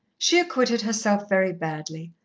she acquitted herself very badly,